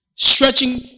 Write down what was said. Stretching